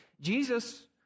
Jesus